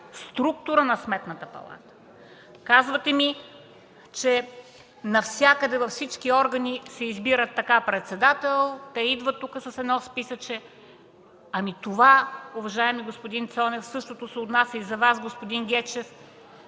структура на Сметната палата. Казвате, че навсякъде, във всички органи се избира така председател. Те идват тук с едно списъче. Уважаеми господин Цонев, същото се отнася и за Вас, господин Гечев,